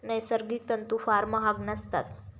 नैसर्गिक तंतू फार महाग नसतात